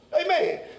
Amen